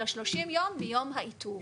אלא 30 יום מיום האיתור.